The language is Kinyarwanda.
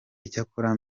icyakora